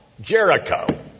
Jericho